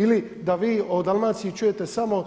Ili da vi o Dalmaciji čujete samo